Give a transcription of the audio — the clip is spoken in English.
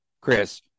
Chris